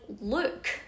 look